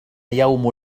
يوم